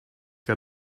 got